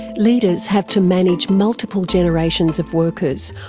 leaders have to manage multiple generations of workers,